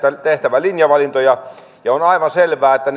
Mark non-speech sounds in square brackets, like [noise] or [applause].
tehtävä linjavalintoja on aivan selvää että [unintelligible]